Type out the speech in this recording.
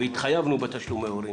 והתחייבנו בתשלומי הורים